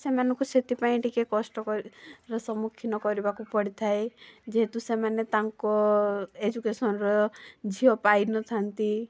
ସେମାନଙ୍କୁ ସେଥିପାଇଁ ଟିକିଏ କଷ୍ଟକର ସମ୍ମୁଖୀନ କରିବାକୁ ପଡ଼ିଥାଏ ଯେହେତୁ ସେମାନେ ତାଙ୍କ ଏଜୁକେସନର ଝିଅ ପାଇନଥାନ୍ତି